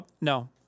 No